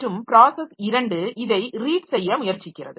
மற்றும் ப்ராஸஸ் 2 இதை ரீட் செய்ய முயற்சிக்கிறது